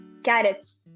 Carrots